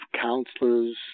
counselors